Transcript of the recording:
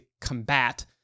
combat